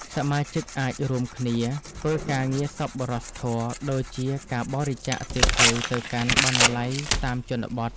សមាជិកអាចរួមគ្នាធ្វើការងារសប្បុរសធម៌ ដូចជាការបរិច្ចាគសៀវភៅទៅកាន់បណ្ណាល័យតាមជនបទ។